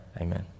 Amen